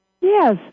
Yes